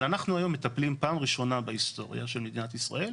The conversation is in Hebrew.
אבל אנחנו היום מטפלים פעם ראשונה בהיסטוריה של מדינת ישראל,